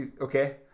okay